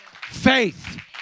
faith